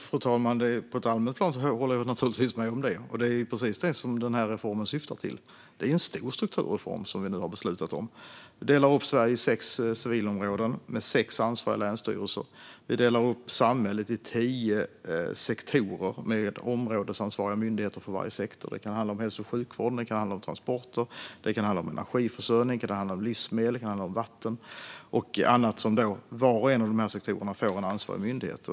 Fru talman! På ett allmänt plan håller jag naturligtvis med om det, och det är precis det som den här reformen syftar till. Det är en stor strukturreform som vi nu har beslutat om. Vi delar upp Sverige i sex civilområden med sex ansvariga länsstyrelser. Vi delar upp samhället i tio sektorer med områdesansvariga myndigheter för varje sektor. Det kan handla om hälso och sjukvården, transporter, energiförsörjning, livsmedel, vatten och annat. Var och en av dessa sektorer får alltså en ansvarig myndighet.